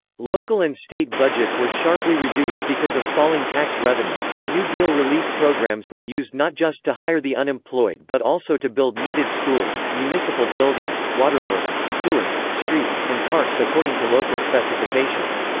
local and state budgets were sharply reduced because of falling tax revenue, but new deal relief programs were used not just to hire the unemployed but also to build needed schools, municipal buildings, waterworks, sewers, streets, and parks according to local specifications.